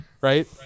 right